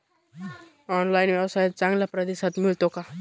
Online व्यवसायात चांगला प्रतिसाद मिळतो का?